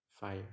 fire